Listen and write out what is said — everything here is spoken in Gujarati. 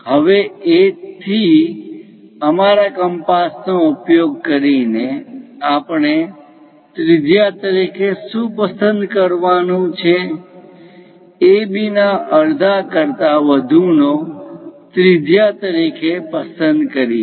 હવે A થી અમારા કંપાસ નો ઉપયોગ કરીને આપણે ત્રિજ્યા તરીકે શું પસંદ કરવાનું છે AB ના અડધા કરતા વધુ નો ત્રિજ્યા તરીકે પસંદ કરીએ